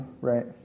Right